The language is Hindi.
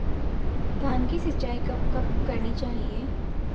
धान की सिंचाईं कब कब करनी चाहिये?